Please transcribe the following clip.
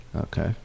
Okay